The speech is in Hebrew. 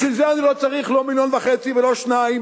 בשביל זה אני לא צריך לא מיליון וחצי ולא שניים,